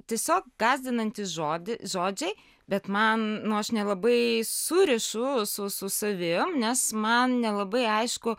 tiesiog gąsdinantys žodi žodžiai bet man nu aš nelabai surišu su su savim nes man nelabai aišku